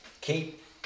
keep